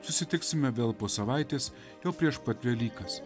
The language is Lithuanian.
susitiksime vėl po savaitės jau prieš pat velykas